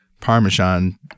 Parmesan